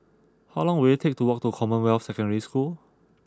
how long will it take to walk to Commonwealth Secondary School